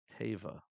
Teva